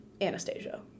anastasia